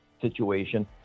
situation